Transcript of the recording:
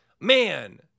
man